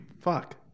Fuck